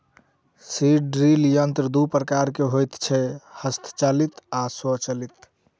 seed drill यंत्र दू प्रकारक होइत छै, हस्तचालित आ स्वचालित